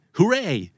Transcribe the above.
Hooray